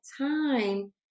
time